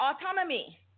autonomy